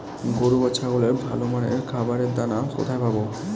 গরু ও ছাগলের ভালো মানের খাবারের দানা কোথায় পাবো?